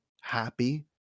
happy